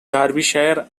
derbyshire